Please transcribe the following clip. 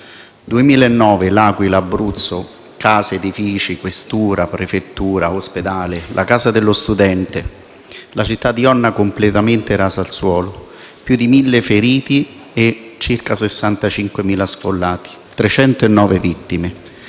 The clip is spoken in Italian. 2009, a L'Aquila e in Abruzzo: case, edifici, questura, prefettura, ospedale, la casa dello studente; la città di Onna completamente rasa al suolo, più di mille feriti, circa 65.000 sfollati, 309 vittime.